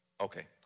Okay